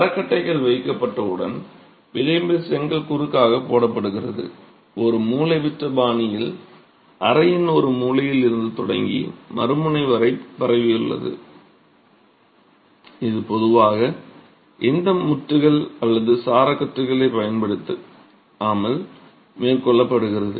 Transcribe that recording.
மரக்கட்டைகள் வைக்கப்பட்டவுடன் விளிம்பில் செங்கல் குறுக்காக போடப்படுகிறது ஒரு மூலைவிட்ட பாணியில் அறையின் ஒரு மூலையில் இருந்து தொடங்கி மறுமுனை வரை பரவியுள்ளது இது பொதுவாக எந்த முட்டுகள் அல்லது சாரக்கட்டுகளைப் பயன்படுத்தாமல் மேற்கொள்ளப்படுகிறது